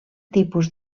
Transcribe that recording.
tipus